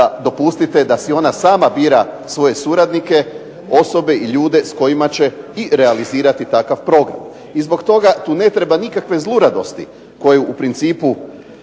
pa dopustite da si ona sama bira svoje suradnike, osobe i ljude s kojima će realizirati ona takav program. I zbog toga tu ne treba nikakve zluradosti koje u principu,